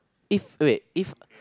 if wait if